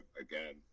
Again